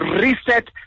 reset